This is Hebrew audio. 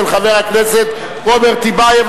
של חבר הכנסת רוברט טיבייב.